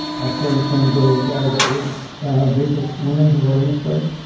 also in terms of the age group of women who were in the study.